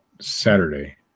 Saturday